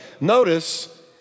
Notice